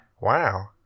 Wow